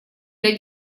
для